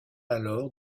alors